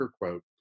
quote